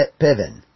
Piven